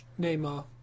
Neymar